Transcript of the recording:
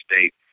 State